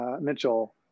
Mitchell